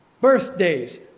Birthdays